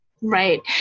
Right